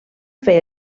fer